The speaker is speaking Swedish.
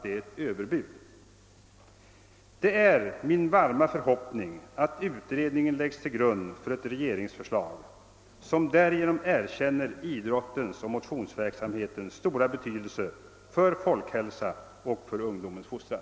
Det är verkligen min varma förhoppning att utredningen läggs till grund för ett förslag från regeringen, som därigenom erkänner idrottens och motionsverksamhetens stora betydelse för folkhälsan och ungdomens fostran.